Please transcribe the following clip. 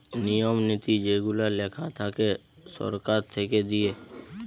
নিয়ম নীতি যেগুলা লেখা থাকে সরকার থেকে দিয়ে